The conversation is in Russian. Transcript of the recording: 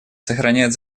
сохраняет